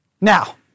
Now